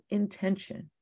intention